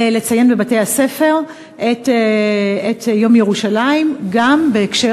לציין בבתי-הספר את יום ירושלים גם בהקשר